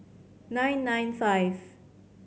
nine nine five